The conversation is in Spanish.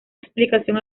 explicación